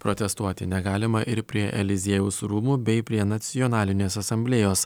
protestuoti negalima ir prie eliziejaus rūmų bei prie nacionalinės asamblėjos